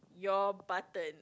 your button